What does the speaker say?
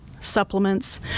supplements